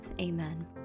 Amen